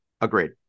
agreed